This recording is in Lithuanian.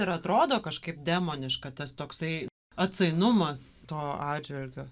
ir atrodo kažkaip demoniška tas toksai atsainumas tuo atžvilgiu